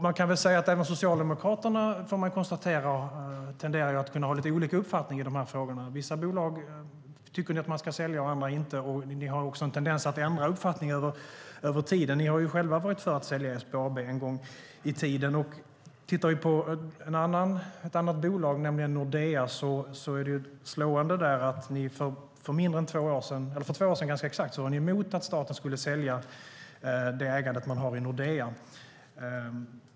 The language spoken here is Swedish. Man kan väl säga att även Socialdemokraterna tenderar att ha lite olika uppfattningar i de här frågorna. Vissa bolag tycker ni att man ska sälja, andra inte. Ni har också en tendens att ändra uppfattning över tiden. Ni har ju själva varit för att man ska sälja SBAB en gång i tiden. Vi kan titta på ett annat bolag, nämligen Nordea. Det är slående att ni för ganska exakt två år sedan var emot att staten skulle sälja det man ägde i Nordea.